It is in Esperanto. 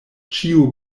ĉiu